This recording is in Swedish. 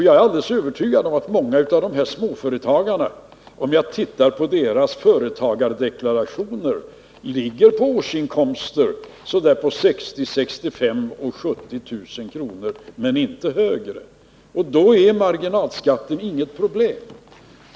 Jag är alldeles övertygad om att många av småföretagarna — utifrån deras företagardeklarationer — har årsinkomster på bortåt 60 000, 65 000 och 70000 kr. — men inte mer. Då är marginalskatten inget problem.